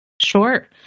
Sure